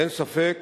אין ספק